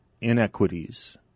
inequities